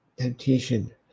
temptation